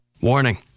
Warning